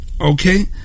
Okay